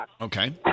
Okay